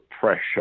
pressure